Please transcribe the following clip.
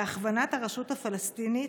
בהכוונת הרשות הפלסטינית,